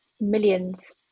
millions